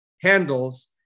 handles